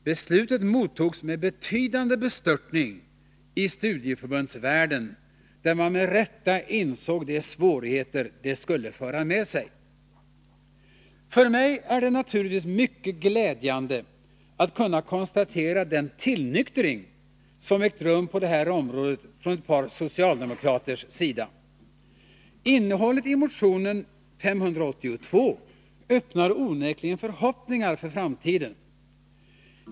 Beslutet mottogs med betydande bestörtning i studieförbundsvärlden, där man med rätta insåg de svårigheter det skulle föra med sig. För mig är det naturligtvis mycket glädjande att kunna konstatera den tillnyktring som har ägt rum på det här området från ett par socialdemokraters sida. Innehållet i motionen 582 inger onekligen förhoppningar för framtiden.